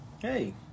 Hey